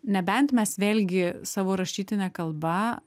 nebent mes vėlgi savo rašytine kalba